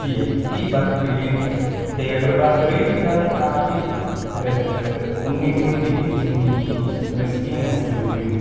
खिच्चियै फ्ही बर्फ पिघली जंदी ते अगर बर्फ रेही बी जा तां बी उन्नी नेईं होंदी जिन्नी स्कीइंग आस्तै जरूरी होंदी